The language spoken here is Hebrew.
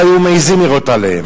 לא היו מעזים לירות עליהם.